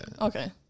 Okay